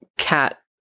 cat